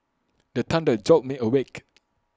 the thunder jolt me awake